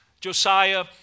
Josiah